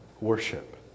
worship